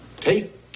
take